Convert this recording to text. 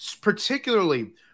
particularly